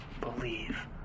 believe